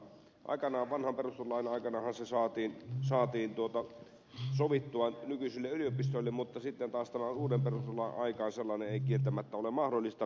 aikanaan vanhan perustuslain aikanahan se saatiin sovittua nykyisille yliopistoille mutta sitten taas tämän uuden perustuslain aikaan sellainen ei kieltämättä ole mahdollista